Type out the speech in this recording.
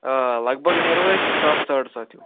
آ لگ بگ نیرو أسۍ ستھ ساڑ ستھ ہیٛوٗ